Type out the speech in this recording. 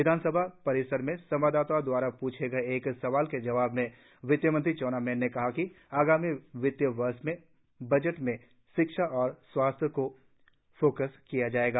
विधानसभा परिसर में संवाददाताओं द्वारा पूछे गए एक सवाल के जवाब में वित्त मंत्री चाउना मेन ने कहा कि आगामी वित्त वर्ष के बजट में शिक्षा और स्वास्थ्य पर फोकस होगा